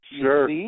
Sure